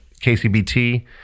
KCBT